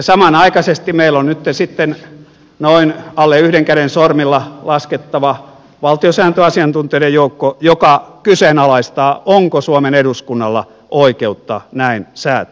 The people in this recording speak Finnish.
samanaikaisesti meillä on nyt sitten noin alle yhden käden sormilla laskettava valtiosääntöasiantuntijoiden joukko joka kyseenalaistaa onko suomen eduskunnalla oikeutta näin säätää